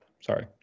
sorry